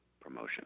promotion